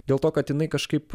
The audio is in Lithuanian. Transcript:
dėl to kad jinai kažkaip